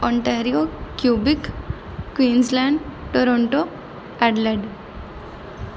Ontario Quebec Queensland Toronto Adelaide